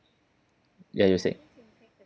you you were saying